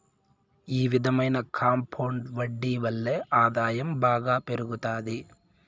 ఈ విధమైన కాంపౌండ్ వడ్డీ వల్లే ఆదాయం బాగా పెరుగుతాది